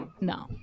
no